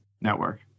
network